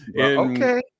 Okay